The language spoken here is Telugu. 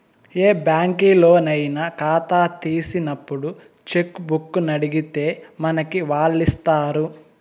ఏ బ్యాంకులోనయినా కాతా తీసినప్పుడు చెక్కుబుక్కునడిగితే మనకి వాల్లిస్తారు